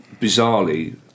bizarrely